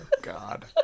god